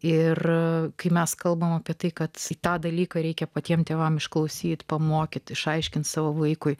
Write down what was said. ir kai mes kalbame apie tai kad tą dalyką reikia patiems tėvams išklausyti pamokyti išaiškinti savo vaikui